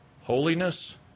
Holiness